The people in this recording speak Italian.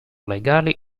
legali